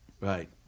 right